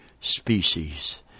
Species